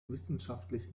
wissenschaftlich